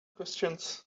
questions